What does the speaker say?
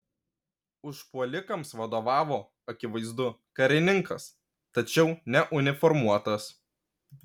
užpuolikams vadovavo akivaizdu karininkas tačiau neuniformuotas